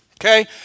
Okay